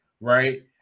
right